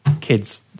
kids